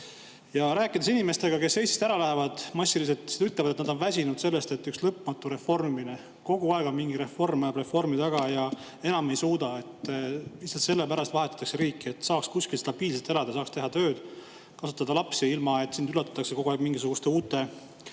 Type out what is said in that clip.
rääkida inimestega, kes Eestist massiliselt ära lähevad, ütlevad nad, et nad on väsinud sellest, et on üks lõpmatu reformine, kogu aeg mingi reform ajab reformi taga, ja enam ei suuda. Lihtsalt sellepärast vahetatakse riiki, et saaks kuskil stabiilselt elada, saaks teha tööd ja kasvatada lapsi, ilma et sind üllatataks kogu aeg mingisuguste uute maksudega,